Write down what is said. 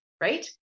right